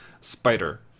Spider